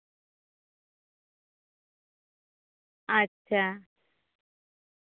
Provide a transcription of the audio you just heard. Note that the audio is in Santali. ᱟᱪᱪᱷᱟ